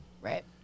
right